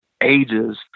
ages